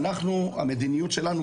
אנחנו המדיניות שלנו,